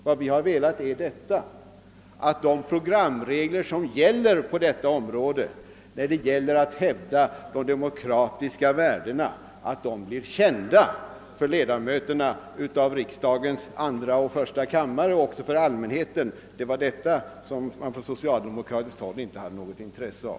Vad vi velat åstadkomma är att de programregler, som gäller beträffande hävdandet av de demokratiska värdena, blir kända för 1edamöterna i riksdagen och för allmänheten. Detta hade man på socialdemokratiskt håll inte något intresse av.